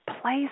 place